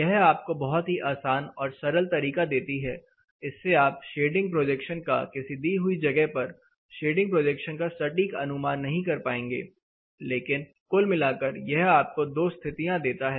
यह आपको बहुत ही आसान और सरल तरीका देती है इससे आप शेडिंग प्रोजेक्शन का किसी दी हुई जगह पर शेडिंग प्रोजेक्शन का सटीक अनुमान नहीं कर पाएंगे लेकिन कुल मिलाकर यह आपको दो स्थितियां देता है